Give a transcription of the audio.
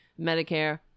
Medicare